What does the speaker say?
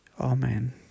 Amen